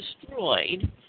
destroyed